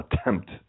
attempt